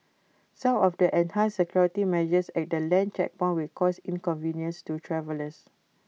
some of the enhanced security measures at the land checkpoints will cause inconvenience to travellers